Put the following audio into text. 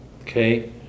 okay